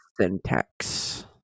syntax